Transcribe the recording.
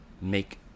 make